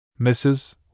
Mrs